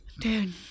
Dude